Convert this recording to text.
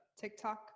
tiktok